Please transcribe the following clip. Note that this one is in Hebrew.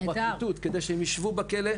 לפרקליטות כדי שהם ישבו בכלא,